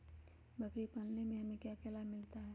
बकरी पालने से हमें क्या लाभ मिलता है?